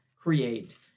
create